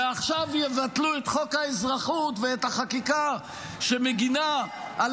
ועכשיו יבטלו את חוק האזרחות ואת החקיקה שמגינה על